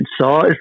size